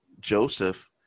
Joseph